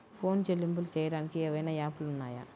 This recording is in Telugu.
ఫోన్ చెల్లింపులు చెయ్యటానికి ఏవైనా యాప్లు ఉన్నాయా?